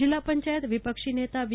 જીલ્લા પંચાયત વિપક્ષ નેતા વી